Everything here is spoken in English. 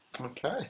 Okay